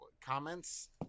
comments